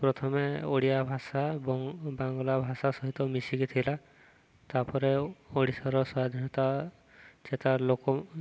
ପ୍ରଥମେ ଓଡ଼ିଆ ଭାଷା ବାଙ୍ଗଲା ଭାଷା ସହିତ ମିଶିକି ଥିଲା ତା'ପରେ ଓଡ଼ିଶାର ସ୍ୱାଧୀନତା ଯେ ତା' ଲୋକ